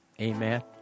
Amen